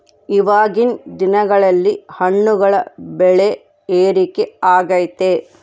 ಇವಾಗಿನ್ ದಿನಗಳಲ್ಲಿ ಹಣ್ಣುಗಳ ಬೆಳೆ ಏರಿಕೆ ಆಗೈತೆ